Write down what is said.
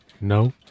No